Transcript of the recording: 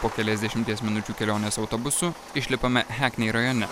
po keliasdešimties minučių kelionės autobusu išlipame heknei rajone